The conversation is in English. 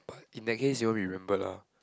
but in that case you all remember lah